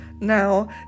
Now